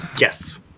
yes